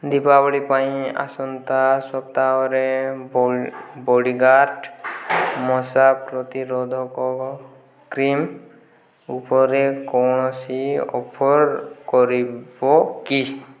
ଦୀପାବଳି ପାଇଁ ଆସନ୍ତା ସପ୍ତାହରେ ବଡ଼ିଗାର୍ଟ ମଶା ପ୍ରତିରୋଧକ କ୍ରିମ୍ ଉପରେ କୌଣସି ଅଫର୍ କରିବ କି